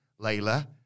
Layla